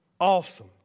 Awesome